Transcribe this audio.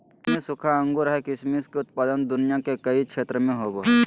किसमिस सूखा अंगूर हइ किसमिस के उत्पादन दुनिया के कई क्षेत्र में होबैय हइ